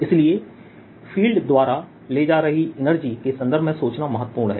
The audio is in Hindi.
इसलिए फील्ड द्वारा ले जा रही एनर्जी के संदर्भ में सोचना महत्वपूर्ण है